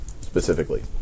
specifically